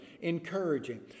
Encouraging